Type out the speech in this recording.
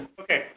Okay